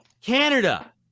canada